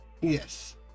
Yes